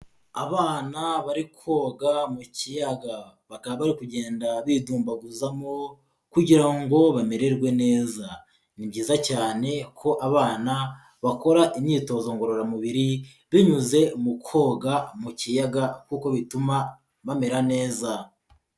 Abana bari koga mu kiyaga baka bari kugenda bidumbaguzamo kugira ngo bamererwe neza, ni byiza cyane ko abana bakora imyitozo ngororamubiri, binyuze mu koga mu kiyaga kuko bituma bamera neza.